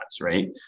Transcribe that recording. Right